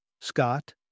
Scott